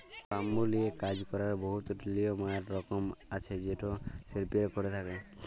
bamboo লিয়ে কাজ ক্যরার বহুত লিয়ম আর রকম আছে যেট শিল্পীরা ক্যরে থ্যকে